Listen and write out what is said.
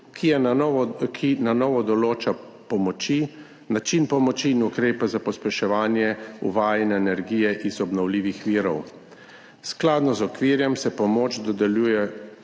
ki na novo določa način pomoči in ukrepe za pospeševanje uvajanja energije iz obnovljivih virov. Skladno z okvirom se pomoč dodeljuje